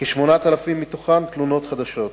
כ-8,000 מהן תלונות חדשות.